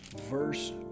verse